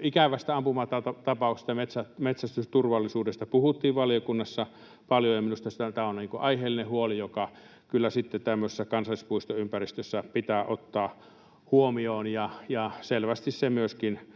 ikävästä ampumatapauksesta ja metsästysturvallisuudesta puhuttiin valiokunnassa paljon, ja minusta tämä on aiheellinen huoli, joka kyllä sitten tämmöisessä kansallispuistoympäristössä pitää ottaa huomioon, ja selvästi se myöskin